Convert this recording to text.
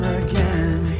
again